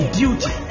duty